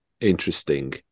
interesting